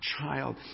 child